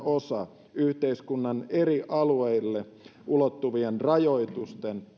osa yhteiskunnan eri alueille ulottuvien rajoitusten